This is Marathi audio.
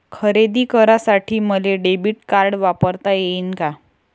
खरेदी करासाठी मले डेबिट कार्ड वापरता येईन का?